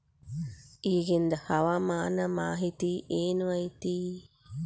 ಇಗಿಂದ್ ಹವಾಮಾನ ಮಾಹಿತಿ ಏನು ಐತಿ?